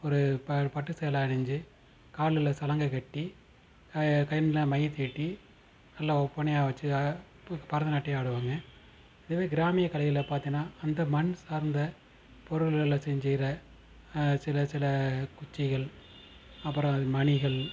ஒரு ப ஒரு பட்டு சேலை அணிந்து காலில் சலங்கை கட்டி கண்ல மை தீட்டி நல்லா ஒப்பனையாக வச்சு பு பரதநாட்டியம் ஆடுவாங்கள் இதுவே கிராமிய கலைகள்ல பாரத்தின்னா அந்த மண் சார்ந்த பொருள்கள்ல செஞ்சிற சில சில குச்சிகள் அப்புறம் அது மணிகள்